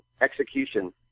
execution